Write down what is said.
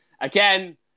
Again